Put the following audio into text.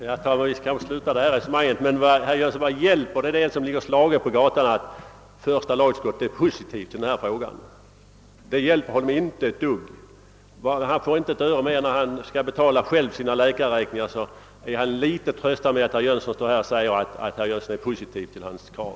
Herr talman! Vi kanske skall sluta detta resonemang men, herr Jönsson i Malmö, vad hjälper det den som ligger slagen på gatan att första lagutskottet är positivt inställt? Han får inte ett öre mer, och när han själv skall betala sina läkarräkningar är det till föga tröst för honom att veta att herr Jönsson i Malmö ställer sig positiv till hans krav.